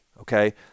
okay